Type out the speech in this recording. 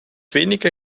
wenige